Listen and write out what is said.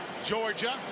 Georgia